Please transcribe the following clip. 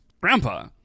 Grandpa